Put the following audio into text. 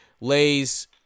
lays